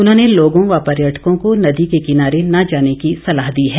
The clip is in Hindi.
उन्होंने लोगों व पर्यटकों को नदी के किनारे न जाने की सलाह दी है